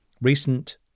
recent